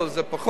זה פחות.